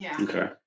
okay